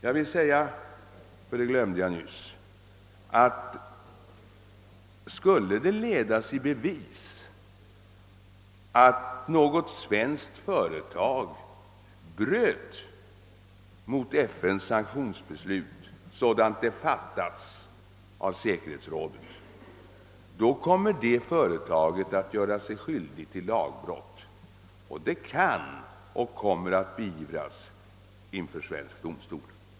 Jag vill skjuta in att skulle det ledas i bevis att något svenskt företag bryter mot FN:s sanktionsbeslut, sådant del fattats av säkerhetsrådet, har det företaget gjort sig skyldigt till lagbrott. Detta kan och kommer att beivras inför svensk domstol.